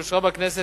שאושרה בכנסת,